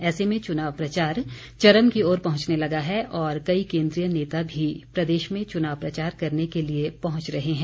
ऐसे में चुनाव प्रचार चरम की ओर पहुंचने लगा है और कई केन्द्रीय नेता भी प्रदेश में चुनाव प्रचार करने के लिए पहुंच रहे हैं